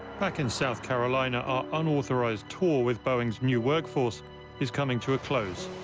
back in south carolina, our unauthorized tour with boeing's new workforce is coming to a close.